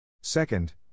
Second